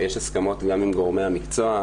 יש הסכמות, גם עם גורמי המקצוע.